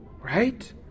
right